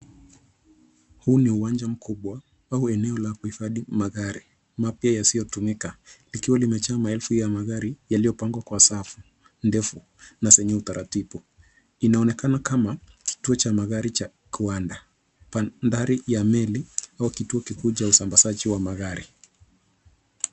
Huu ni uwanja mkubwa au eneo la kuhifadhi magari mapya yasiyotumika likiwa limejaa maelfu ya magari yaliyopangwa kwa safu ndefu na zenye utaratibu, inaonekana kama kituo cha magari cha kiwanda, mandhari ya meli au kituo kikuu cha usambazaji wa magari.